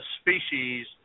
species